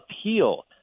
appeal